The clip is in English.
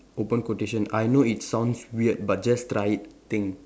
open quotation I know it sounds weird but just try it think